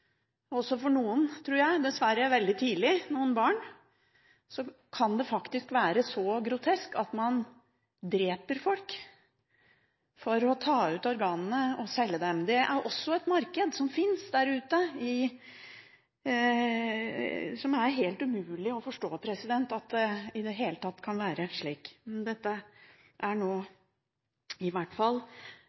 også veldig tidlig – kan det faktisk være så grotesk at man dreper folk for å ta ut organene og selge dem. Det er også et marked som finnes der ute, og det er helt umulig å forstå at det i det hele tatt kan være slik. Noen myndigheter har nå begynt å se også på dette området. Så menneskehandel er